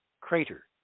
crater